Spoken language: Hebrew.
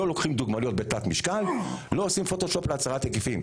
לא לוקחים דוגמניות בתת-משקל ולא עושים פוטושופ להצרת היקפים.